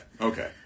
okay